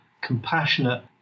compassionate